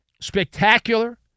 spectacular